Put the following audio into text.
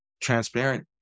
transparent